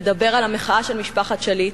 מדבר על המחאה של משפחת שליט.